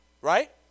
Right